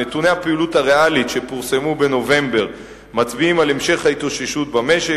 נתוני הפעילות הריאלית שפורסמו בנובמבר מצביעים על המשך ההתאוששות במשק.